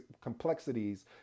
complexities